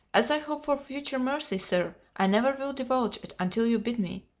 as i hope for future mercy, sir, i never will divulge it until you bid me,